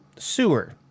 Sewer